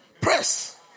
Press